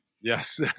yes